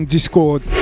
Discord